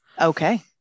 Okay